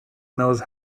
knows